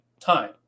time